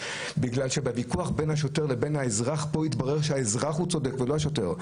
בגלל שבוויכוח בין השוטר לאזרח פה התברר שהאזרח צודק ולא השוטר.